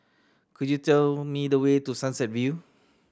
could you tell me the way to Sunset View